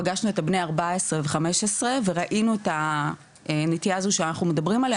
פגשנו את בני ה-14 ו-15 וראינו את הנטייה הזו שאנחנו מדברים עליה,